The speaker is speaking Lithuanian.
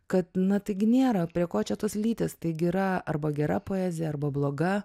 kad na taigi nėra prie ko čia tos lytys tai gi yra arba gera poezija arba bloga